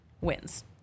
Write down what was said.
wins